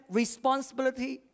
responsibility